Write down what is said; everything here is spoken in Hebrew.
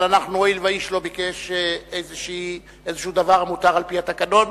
אבל הואיל ואיש לא ביקש איזה דבר המותר על-פי התקנון,